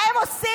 מה הם עושים?